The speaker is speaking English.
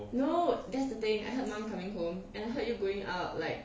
no that's the thing I heard mum coming home and I heard you going out like